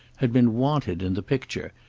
had been wanted in the picture,